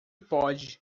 pode